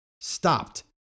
stopped